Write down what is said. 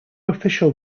official